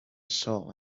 soul